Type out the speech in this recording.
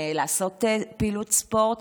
לעשות פעילות ספורט,